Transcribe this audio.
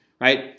right